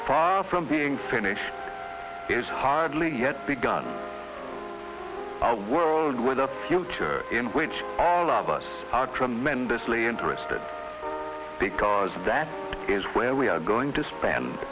far from being finished there's hardly yet begun our world with a future in which all of us are tremendously interested because that is where we are going to spend